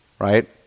Right